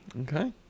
Okay